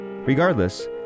Regardless